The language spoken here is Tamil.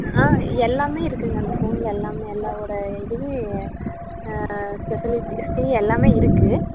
ஆ எல்லாமே இருக்குதுங்க அந்த ஃபோனில் எல்லாமே எல்லாவோடய இதுவும் ஃபெசிலிட்டி எல்லாமே இருக்குது